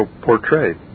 portrayed